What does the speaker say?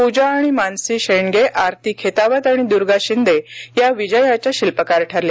पूजा आणि मानसी शेंडगे आरती खेतावत आणि दुर्गा शिंदे या विजयाच्या शिल्पकार ठरल्या